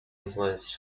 influenced